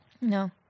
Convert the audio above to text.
no